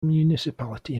municipality